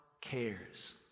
cares